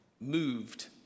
moved